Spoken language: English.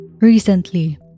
Recently